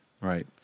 right